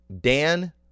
Dan